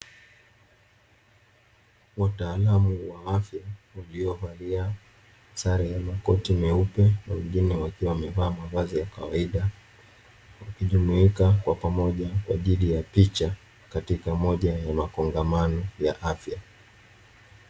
Wataalamu wa afya waliovalia sare ya makoti meupe wengine wakiwa wamevaa mavazi ya kawaida, wakijumuika kwa pamoja kwa ajili ya picha katika moja ya eneo ka afya.